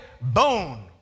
bone